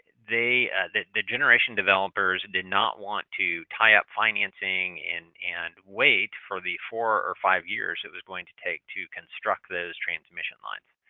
they the the generation developers and did not want to tie up financing and and wait for the four or five years it was going to take to construct those transmission lines.